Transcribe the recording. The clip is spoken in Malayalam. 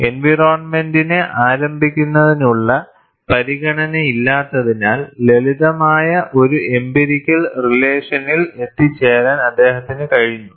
എൻവയറോണ്മെന്റിനെ ആരംഭിക്കുന്നതിനുള്ള പരിഗണനയില്ലാത്തതിനാൽ ലളിതമായ ഒരു എംപിരിക്കൽ റിലേഷനിൽ എത്തിച്ചേരാൻ അദ്ദേഹത്തിന് കഴിഞ്ഞു